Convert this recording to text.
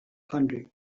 county